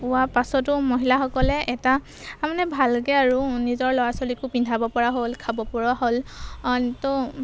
পোৱা পাছতো মহিলাসকলে এটা মানে ভালকৈ আৰু নিজৰ ল'ৰা ছোৱালীকো পিন্ধাব পৰা হ'ল খাব পৰা হ'ল তো